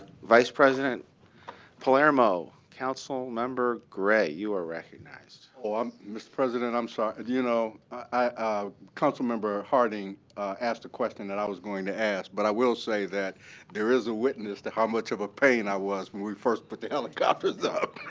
vice president palermo. council member gray, you are recognized. ben gray um mr. president, i'm sorry, you know i council member harding asked a question that i was going to ask. but i will say that there is a witness to how much of a pain i was when we first put the helicopters